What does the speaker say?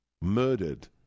murdered